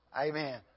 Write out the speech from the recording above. amen